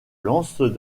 lance